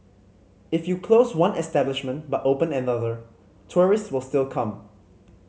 if you close one establishment but open another tourists will still come